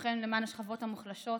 לוחם למען השכבות המוחלשות,